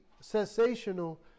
sensational